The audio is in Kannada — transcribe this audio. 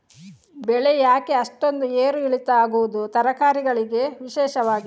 ಬೆಳೆ ಯಾಕೆ ಅಷ್ಟೊಂದು ಏರು ಇಳಿತ ಆಗುವುದು, ತರಕಾರಿ ಗಳಿಗೆ ವಿಶೇಷವಾಗಿ?